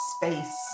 space